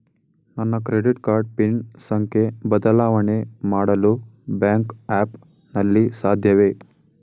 ನನ್ನ credit card pin ಸಂಖ್ಯೆ ಬದಲಾವಣೆ ಮಾಡಲು ಬ್ಯಾಂಕ್ ಆ್ಯಪ್ ನಲ್ಲಿ ಸಾಧ್ಯವೇ?